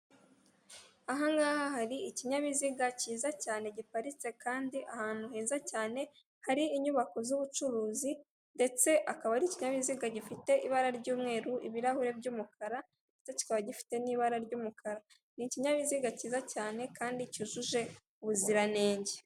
Aha ngaha hari ikinyabiziga kiza cyane giparitse kandi ahantu heza cyane hari inyubako z'ubucuruzi ndetse hakaba hari ikinyabiziga gifite ibara ry'umweru, ibirahure by'umukara ndetse kikaba gifite n'ibara ry'umukara, n'ikinyabiziga kiza cyane kandi cyujuje ubuziranenge.